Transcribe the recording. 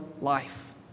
life